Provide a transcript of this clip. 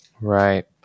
Right